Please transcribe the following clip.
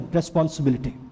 responsibility